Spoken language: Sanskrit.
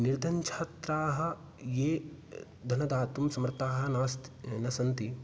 निर्धनच्छात्राः ये धनं दातुं समर्थाः नास्त् न सन्ति